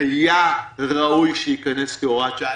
היה ראוי שייכנס כהוראת שעה.